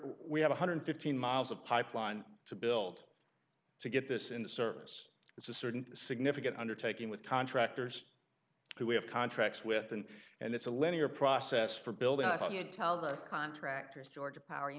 one hundred fifteen miles of pipeline to build to get this in the service it's a certain significant undertaking with contractors who have contracts with them and it's a linear process for building i thought you'd tell us contractors georgia power you